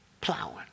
plowing